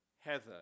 heather